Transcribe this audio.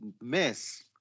miss